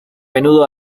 menudo